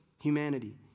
humanity